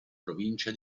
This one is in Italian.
provincia